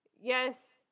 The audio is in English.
Yes